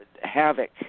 havoc